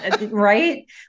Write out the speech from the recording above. right